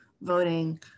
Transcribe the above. voting